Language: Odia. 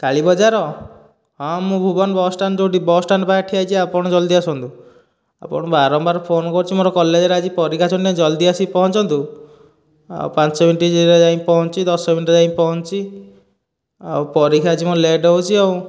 କାଳି ବଜାର ହଁ ମୁଁ ଭୁବନ ବସ ଷ୍ଟାଣ୍ଡ ଯେଉଁଠି ସ ଷ୍ଟାଣ୍ଡ ପାଖରେ ଠିଆ ହୋଇଛି ଆପଣ ଜଲଦି ଆସନ୍ତୁ ଆପଣଙ୍କୁ ବାରମ୍ବାର ଫୋନ କରୁଛି ମୋର କଲେଜରେ ଆଜି ପରୀକ୍ଷା ଅଛି ନାହିଁ ଜଲଦି ଆସି ପହଞ୍ଚନ୍ତୁ ଆଉ ପାଞ୍ଚ ମିନିଟରେ ଯାଇକି ପହଞ୍ଚୁଛି ଦଶ ମିନିଟରେ ଯାଇକି ପହଞ୍ଚୁଛି ଆଉ ପରୀକ୍ଷା ଅଛି ମୋର ଲେଟ ହେଉଛି ଆଉ